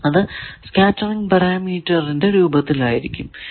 അത് സ്കേറ്ററിങ് പരാമീറ്ററിന്റെ രൂപത്തിൽ ആയിരിക്കും കൊടുക്കുക